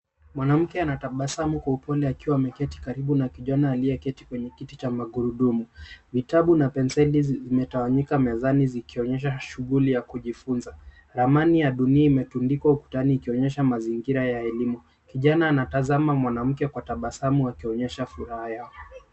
Mwanamke anatabasamu kwa upole akiwa ameketi karibu na kijana aliyeketi kwenye kiti cha magurudumu. Vitabu na penseli vimetawanyika mezani vikionyesha shughuli ya kujifunza. Ramani ya dunia imetundikwa ukutani ikionyesha mazingira ya elimu. Kijana anatazama mwanamke kwa tabasamu akionyesha furaha yao.